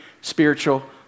spiritual